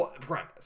premise